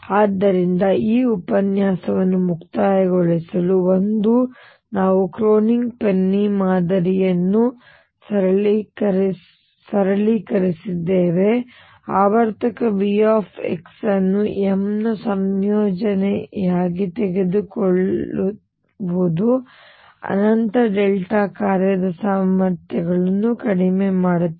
ಆದ್ದರಿಂದ ಈ ಉಪನ್ಯಾಸವನ್ನು ಮುಕ್ತಾಯಗೊಳಿಸಲು ಒಂದು ನಾವು ಕ್ರೋನಿಗ್ ಪೆನ್ನಿ ಮಾದರಿಯನ್ನು ಸರಳೀಕರಿಸಿದ್ದೇವೆ ಆವರ್ತಕ V ಅನ್ನು m ನ ಸಂಯೋಜನೆಯಾಗಿ ತೆಗೆದುಕೊಳ್ಳುವುದು ಅನಂತ ಡೆಲ್ಟಾ ಕಾರ್ಯ ಸಾಮರ್ಥ್ಯಗಳನ್ನು ಕಡಿಮೆ ಮಾಡುತ್ತದೆ